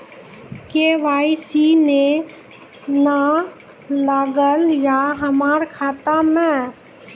KYC ने न लागल या हमरा खाता मैं?